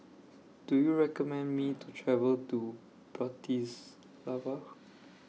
Do YOU recommend Me to travel to Bratislava